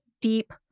deep